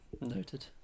Noted